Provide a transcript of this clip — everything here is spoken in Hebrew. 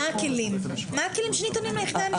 מה הכלים שניתנים ליחידה המשטרתית הזו?